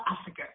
Africa